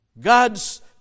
God's